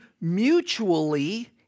mutually